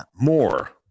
more